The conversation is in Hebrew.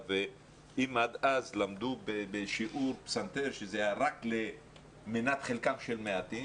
ואם עד אז למדו בשיעור פסנתר שזה היה רק למנת חלקם של מעטים,